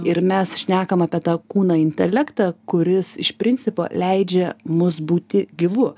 ir mes šnekam apie tą kūno intelektą kuris iš principo leidžia mus būti gyvu